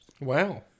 Wow